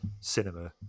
cinema